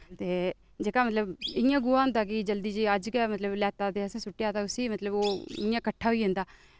ते जेह्का मतलब इ'यां गोहा होंदा कि जल्दी जे अज्ज गै मतलब लैता ते असें सु'ट्टेआ असें उसी मतलब ओह् इ'यां किट्ठा होई जंदा